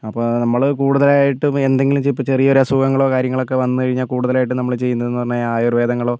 അപ്പോൾ നമ്മൾ കൂടുതലായിട്ടും എന്തെങ്കിലും ചെ ഇപ്പോൾ ചെറിയ ഒരു അസുഖങ്ങളോ കാര്യങ്ങളോ ഒക്കെ വന്ന് കഴിഞ്ഞാൽ കൂടുതലായിട്ടും നമ്മൾ ചെയ്യുന്നതെന്ന് പറഞ്ഞാൽ ഈ ആയുർവേദങ്ങളോ